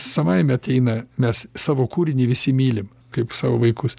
savaime ateina mes savo kūrinį visi mylim kaip savo vaikus